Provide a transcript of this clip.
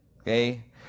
Okay